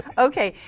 ok,